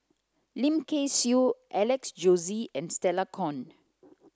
Lim Kay Siu Alex Josey and Stella Kon